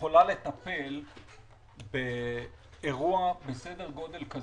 יכולה לטפל באירוע מסדר גודל כזה,